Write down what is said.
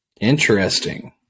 interesting